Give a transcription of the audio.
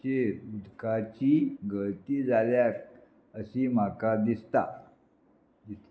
उदकाची गळती जाल्या अशी म्हाका दिसता